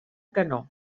canó